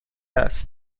است